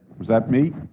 was that me?